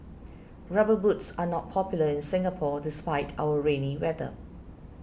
rubber boots are not popular in Singapore despite our rainy weather